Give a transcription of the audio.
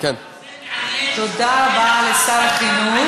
זה מעניין שהוא עונה לך ככה על שאלה שלך.